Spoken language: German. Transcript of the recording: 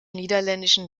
niederländischen